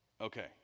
Okay